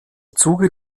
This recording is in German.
zuge